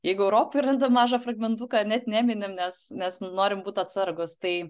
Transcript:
jeigu europoj randam mažą fragmentą net neminim nes mes norim būt atsargūs tai